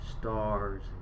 stars